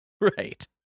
Right